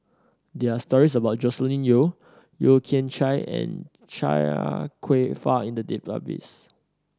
there are stories about Joscelin Yeo Yeo Kian Chai and Chia Kwek Fah in the database